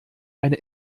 eine